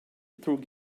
through